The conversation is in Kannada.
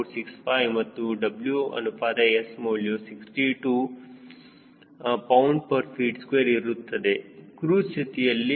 465 ಮತ್ತು W ಅನುಪಾತ S ಮೌಲ್ಯವು 62 lbft2 ಇರುತ್ತದೆ ಕ್ರೂಜ್ ಸ್ಥಿತಿಯಲ್ಲಿ 20 lbft2 ಇರುತ್ತದೆ